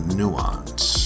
nuance